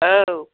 औ